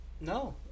No